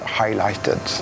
highlighted